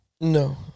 No